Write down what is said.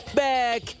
back